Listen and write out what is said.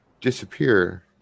disappear